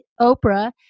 Oprah